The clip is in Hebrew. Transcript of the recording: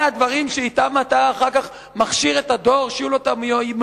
אלה הדברים שבהם אתה אחר כך מכשיר את הדור שיהיו לו המיומנות,